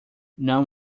não